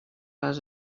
les